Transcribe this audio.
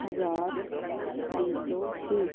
ਹਜ਼ਾਰ ਤਿੰਨ ਸੌ ਤੀਹ